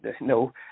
No